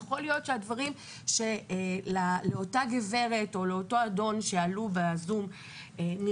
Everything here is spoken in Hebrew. יכול להיות שלאותה גברת או לאותו אדון שעלו ב-זום הדברים